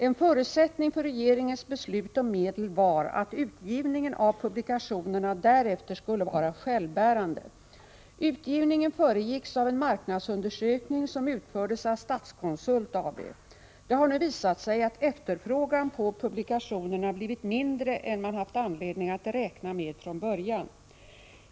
En förutsättning för regeringens beslut om medel var att utgivningen av publikationerna därefter skulle vara självbärande. Utgivningen föregicks av en marknadsundersökning som utfördes av Statskonsult AB. Det har nu visat sig att efterfrågan på publikationerna blivit mindre än man haft anledning att räkna med från början.